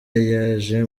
yaje